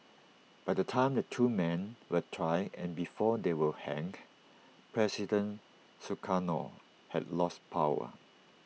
by the time the two men were tried and before they were hanged president Sukarno had lost power